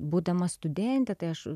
būdama studentė tai aš